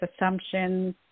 assumptions